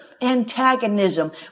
antagonism